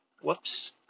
Whoops